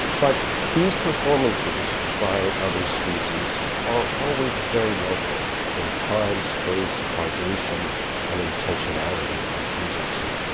but these performances by other species are always very local in time, space, causation and intentionality and agency,